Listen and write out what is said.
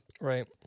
right